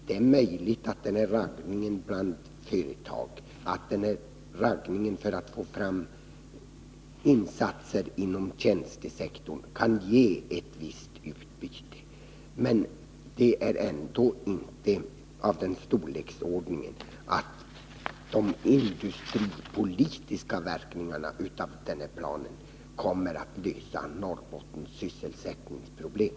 Det är möjligt att raggningen bland företag för att få fram insatser inom tjänstesektorn kan ge ett visst utbyte, men de industripolitiska verkningarna av planen är ändå inte av den storleken att de kommer att lösa Norrbottens sysselsättningsproblem.